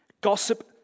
Gossip